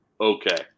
okay